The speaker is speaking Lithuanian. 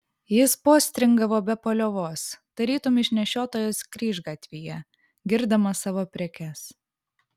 jis postringavo be paliovos tarytum išnešiotojas kryžgatvyje girdamas savo prekes